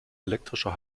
elektrischer